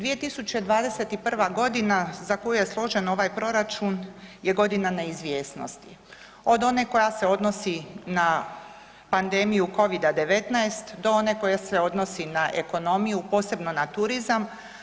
2021.g. za koju je složen ovaj proračun je godina neizvjesnosti od one koja se odnosi na pandemiju Covid-19 do one koja se odnosi na ekonomiju, posebno na turizam.